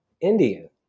Indian